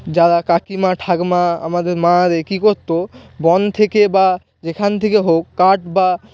যারা কাকিমা ঠাকমা আমাদের মা আরে কি করত বন থেকে বা যেখান থেকে হোক কাঠ বা